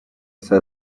saa